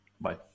bye